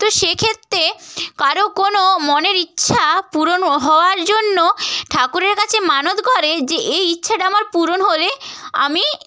তো সেক্ষেত্রে কারও কোনো মনের ইচ্ছা পূরণ হওয়ার জন্য ঠাকুরের কাছে মানত করে যে এই ইচ্ছাটা আমার পূরণ হলে আমি